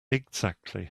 exactly